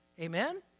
Amen